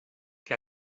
que